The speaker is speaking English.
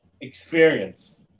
experience